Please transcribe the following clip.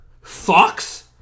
Fox